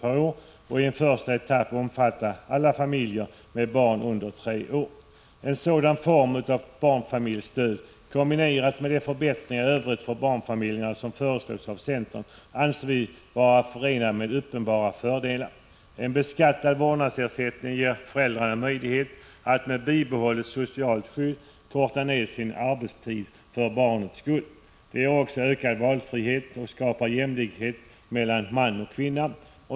per år och i en första etapp omfatta alla familjer med barn under tre år. Ett sådant barnfamiljsstöd kombinerat med de förbättringar i övrigt för barnfamiljerna som föreslås av centern anser vi vara förenat med uppenbara fördelar. En beskattad vårdnadsersättning ger föräldrarna möjlighet att med bibehållet socialt skydd korta ned sin arbetstid för barnens skull. Den ger också ökad valfrihet och skapar jämställdhet mellan man och kvinna.